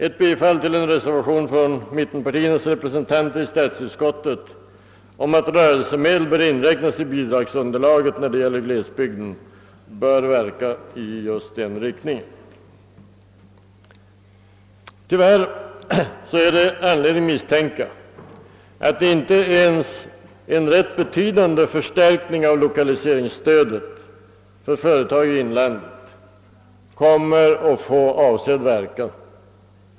Ett bifall till reservationen från mittenpartiernas representanter i statsutskottet om att dessa medel inräknas i bidragsunderlaget för glesbygden bör verka i just den riktningen. Tyvärr är det anledning misstänka att inte ens en rätt betydande förstärkning av lokaliseringsstödet till företag i inlandet kommer att få avsedd verkan.